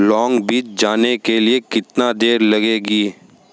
long Beach जाने के लिए कितना देर लगेगी